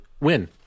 win